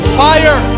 fire